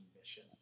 Mission